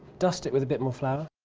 dust it with a bit more flour,